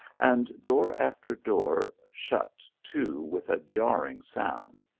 and door after door shut to with a jarring sound.